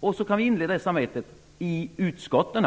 så kan vi inleda ett samarbete i utskotten!